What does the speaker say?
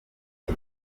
ati